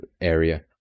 area